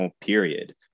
period